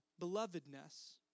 belovedness